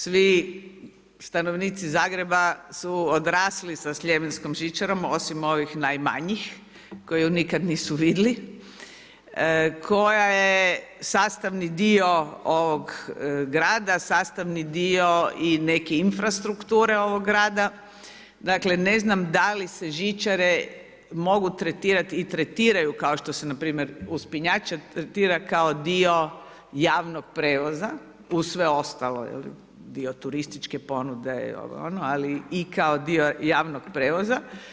Svi stanovnici Zagreba su odrasli sa Sljemenskom žičarom, osim ovih najmanjih koji ju nikad nisu vidjeli, koja je sastavni dio ovog grada, sastavni dio i neke infrastrukture ovog grada, dakle ne znam da li se žičare mogu tretirat i tretiraju kao što se npr. uspinjača tretira kao dio javnog prelaza, uz sve ostalo jel, dio turističke ponude i ovo ono, ali i kao dio javnog prijevoza.